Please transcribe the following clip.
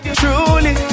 truly